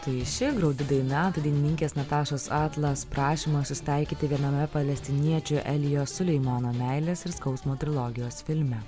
taigi ši graudi daina dalininkės natašos atlas prašymas susitaikyti viename palestiniečių elijo suleimano meilės ir skausmo trilogijos filme